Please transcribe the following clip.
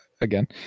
again